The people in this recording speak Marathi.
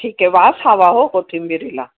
ठीक आहे वास हवा हो कोथिंबिरीला